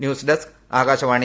news desk Akashvani